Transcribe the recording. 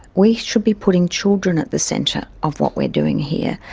we should be putting children at the centre of what we are doing here.